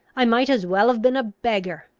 i might as well have been a beggar!